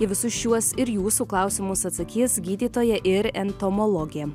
į visus šiuos ir jūsų klausimus atsakys gydytoja ir entomologė